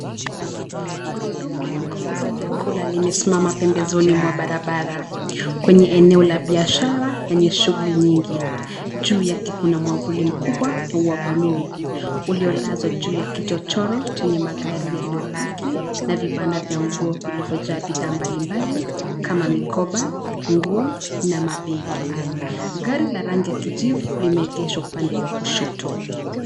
Gurudumu la kuuza vyakula limesimama pembezoni mwa barabara, kwenye eneo la biashara yenye shughuli nyingi. Juu yake kuna mwavuli mkubwa wa buluu; uliolazwa juu ya kichochoro chenye magari yaliyopaki na vibanda vya nguo vilivyojaa bidhaa mbalimbali, kama mikoba, nguo na mabegi. Gari la rangi ya kijivu limeegeshwa upande wa kushoto.